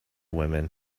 women